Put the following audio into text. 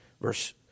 verse